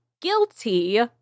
guilty